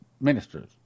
ministers